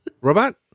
Robot